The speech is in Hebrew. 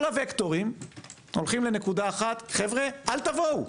כל הווקטורים הולכים לנקודה אחת: אל תבואו.